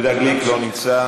יהודה גליק, אינו נוכח,